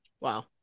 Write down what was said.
Wow